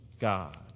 God